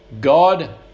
God